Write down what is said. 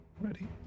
Ready